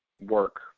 work